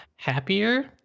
Happier